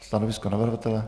Stanovisko navrhovatele?